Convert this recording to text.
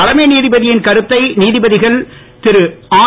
தலைமை நீதிபதியின் கருத்தை நீதிபதிகள் திருஆர்